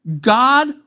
God